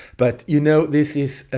but, you know, this is. ah